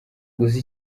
gusa